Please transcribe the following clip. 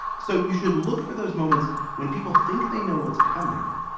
so you should look for those moments when people think they know what's coming.